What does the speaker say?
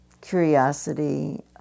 curiosity